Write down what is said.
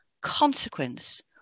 consequence